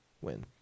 win